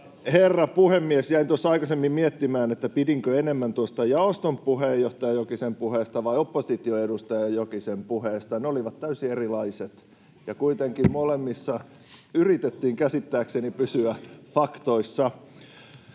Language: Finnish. herra puhemies! Jäin tuossa aikaisemmin miettimään, pidinkö enemmän tuosta jaoston puheenjohtaja Jokisen puheesta vai oppositioedustaja Jokisen puheesta. Ne olivat täysin erilaiset, ja kuitenkin molemmissa yritettiin käsittääkseni pysyä faktoissa.